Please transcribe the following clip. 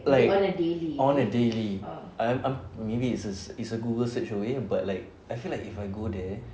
like on a daily I I'm maybe it's a it's a google search away but like I feel like if I go there